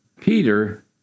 Peter